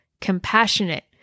compassionate